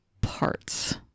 parts